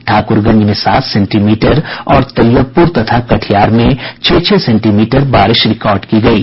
ठाकुरगंज में सात सेंटीमीटर और तैयबपुर तथा कटिहार में छह छह सेंटीमीटर बारिश रिकॉर्ड की गयी